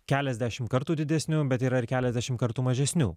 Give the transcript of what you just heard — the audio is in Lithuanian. keliasdešimt kartų didesnių bet yra keliasdešimt kartų mažesnių